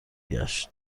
گشت